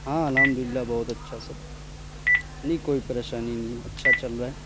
ہاں الحمد للہ بہت اچھا سب نہیں کوئی پریشانی نہیں اچھا چل رہا ہے